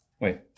Wait